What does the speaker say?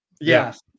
Yes